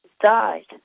died